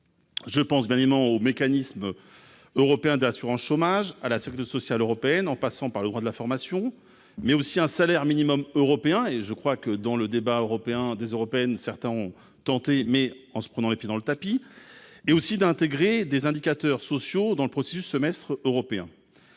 Je pense même en au mécanisme européen d'assurance chômage à la sociale européenne en passant par le roi de la formation, mais aussi un salaire minimum européen et je crois que dans le débat européen des européennes, certains ont tenté, mais en se prenant les pieds dans le tapis et aussi d'intégrer des indicateurs sociaux dans le processus semestre européen.